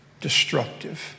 destructive